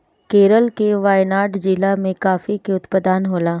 केरल के वायनाड जिला में काफी के उत्पादन होला